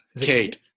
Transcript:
Kate